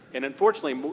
and unfortunately,